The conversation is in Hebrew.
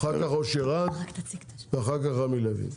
אחר כך אושר עד ואחר כך רמי לוי.